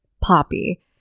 Poppy